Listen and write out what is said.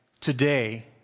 today